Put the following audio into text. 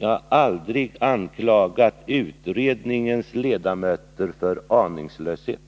jag aldrig har anklagat utredningens ledamöter för aningslöshet.